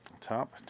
Top